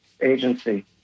agency